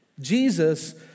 Jesus